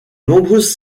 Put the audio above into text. nombreuses